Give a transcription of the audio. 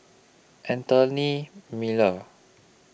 Anthony Miller